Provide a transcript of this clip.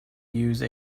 use